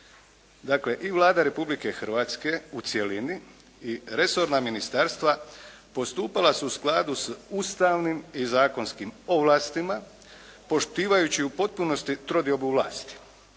dakle i Vlada Republike Hrvatske u cjelini i resorna ministarstva postupala su u skladu s ustavnim i zakonskim ovlastima poštivajući u potpunosti trodiobu vlasti,